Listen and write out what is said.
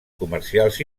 comercials